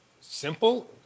Simple